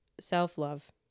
self-love